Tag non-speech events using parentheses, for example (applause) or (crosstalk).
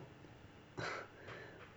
(noise)